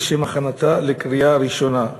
לשם הכנתה לקריאה ראשונה.